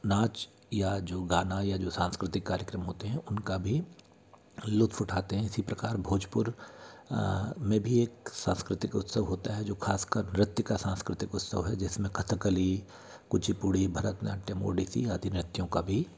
नाच या जो गाना या जो सांस्कृतिक कार्यक्रम होते हैं उनका भी लुत्फ़ उठाते हैं इसी प्रकार भोजपुर में भी एक सांस्कृतिक उत्सव होता है जो ख़ासकर नृत्य का सांस्कृतिक उत्सव है जिस में कथाकली कुचिपुड़ी भरतनाट्यम उडिसी आदि नृत्यों का भी